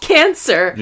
Cancer